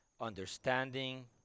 Understanding